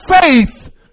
faith